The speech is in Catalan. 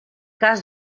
cas